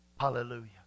Hallelujah